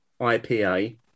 IPA